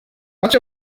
much